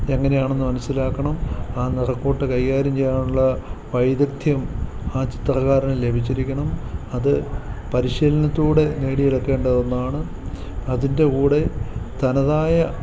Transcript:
എങ്ങനെയാണെന്ന് മനസ്സിലാക്കണം ആ നിറക്കൂട്ട് കൈകാര്യം ചെയ്യാനുള്ള വൈദഗ്ധ്യം ആ ചിത്രകാരന് ലഭിച്ചിരിക്കണം അത് പരിശീലനത്തിലൂടെ നേടിയെടുക്കേണ്ട ഒന്നാണ് അതിൻ്റെ കൂടെ തനതായ